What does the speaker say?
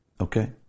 okay